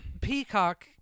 Peacock